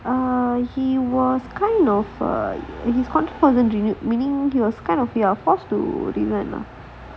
err he was kind of err meaning he was kind of you're forced to resign lah